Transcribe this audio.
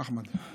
אחמד.